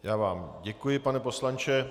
Já vám děkuji, pane poslanče.